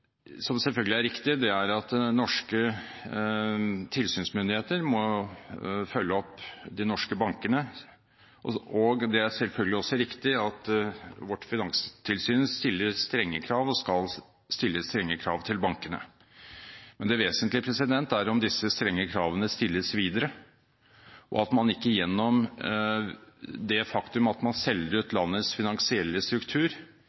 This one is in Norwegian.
er selvfølgelig også riktig at vårt finanstilsyn stiller strenge krav, og skal stille strenge krav, til bankene. Men det vesentlige er om disse strenge kravene stilles videre, og at man ikke, gjennom det faktum at man selger ut landets finansielle struktur,